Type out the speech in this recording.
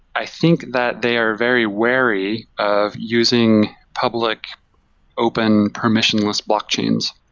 i think that they are very weary of using public open permission with blockchains.